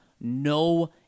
No